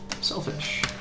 Selfish